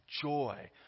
joy